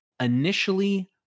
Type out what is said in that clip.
initially